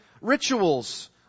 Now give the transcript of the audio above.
rituals